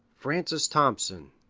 francis thompson.